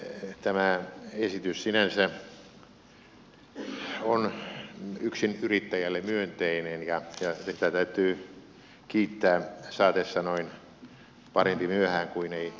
tämä esitys sinänsä on yksinyrittäjälle myönteinen ja tätä täytyy kiittää saatesanoin parempi myöhään kuin ei silloinkaan